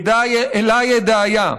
אלה ידעיה.